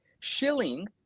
shilling